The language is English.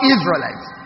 Israelites